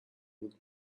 would